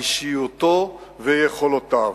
אישיותו ויכולותיו.